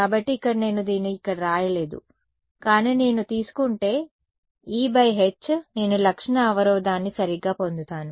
కాబట్టి ఇక్కడ నేను దీన్ని ఇక్కడ వ్రాయలేదు కానీ నేను తీసుకుంటే |E ||H| నేను లక్షణ అవరోధాన్ని సరిగ్గా పొందుతాను